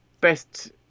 best